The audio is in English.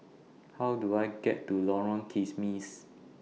How Do I get to Lorong Kismis